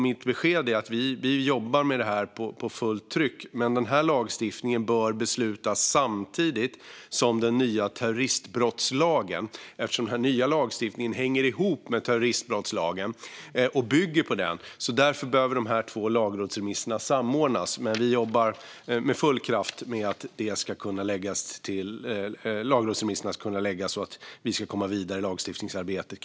Mitt besked är att vi jobbar med det här med fullt tryck men att den här lagstiftningen bör beslutas om samtidigt som den nya terroristbrottslagen eftersom den nya lagstiftningen hänger ihop med terroristbrottslagen och bygger på den. Därför behöver de här två lagrådsremisserna samordnas. Men vi jobbar med full kraft med att lagrådsremisserna ska kunna läggas så att vi ska kunna komma vidare i lagstiftningsarbetet.